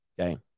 Okay